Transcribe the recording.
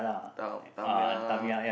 ta~ Tamiya